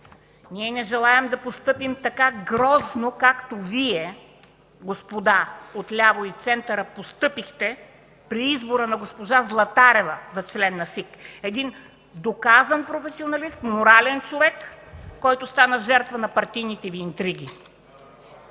Ние не желаем да постъпим така грозно, както Вие, господа отляво и в центъра, постъпихте при избора на госпожа Златарева за член на Централната избирателна комисия – един доказан професионалист, морален човек, който стана жертва на партийните Ви интриги.